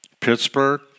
Pittsburgh